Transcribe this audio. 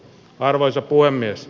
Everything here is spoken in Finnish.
arvoisa puhemies